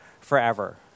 forever